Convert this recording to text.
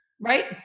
right